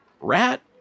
rat